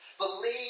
Believe